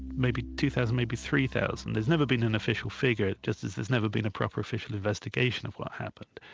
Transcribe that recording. maybe two thousand, maybe three thousand, there's never been an official figure, just as there's never been a proper official investigation of what happened.